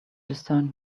discern